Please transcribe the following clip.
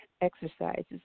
exercises